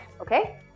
okay